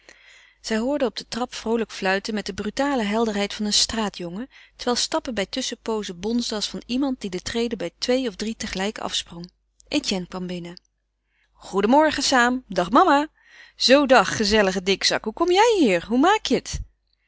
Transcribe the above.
zij hoorden op de trap vroolijk fluiten met de brutale helderheid van een straatjongen terwijl stappen bij tusschenpoozen bonsden als van iemand die de treden bij twee of drie tegelijk afsprong etienne kwam binnen goedenmorgem saam dag mama zoo dag gezellige dikzak hoe kom jij hier hoe maak je het